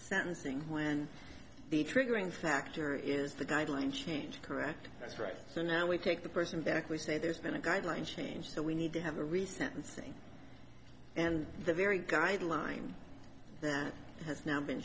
sentencing when the triggering factor is the guideline change correct that's right so now we take the person back we say there's been a guideline change so we need to have a recent thing and the very guideline has now been